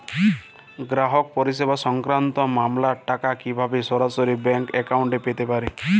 গ্রাহক পরিষেবা সংক্রান্ত মামলার টাকা কীভাবে সরাসরি ব্যাংক অ্যাকাউন্টে পেতে পারি?